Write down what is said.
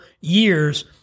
years